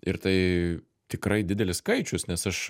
ir tai tikrai didelis skaičius nes aš